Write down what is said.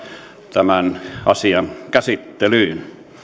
tämän asian käsittelyyn